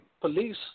police